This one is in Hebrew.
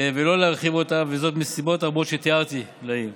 ולא להרחיב אותה, מסיבות רבות שתיארתי לעיל.